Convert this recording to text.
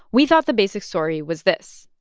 we thought the basic story was this.